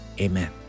amen